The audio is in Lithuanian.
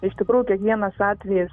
iš tikrųjų kiekvienas atvejis